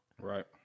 right